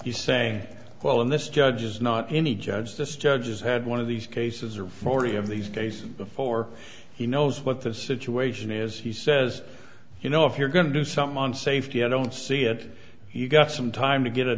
you say well and this judge is not any judge this judge has had one of these cases or forty of these cases before he knows what the situation is he says you know if you're going to do something on safety i don't see it you've got some time to get it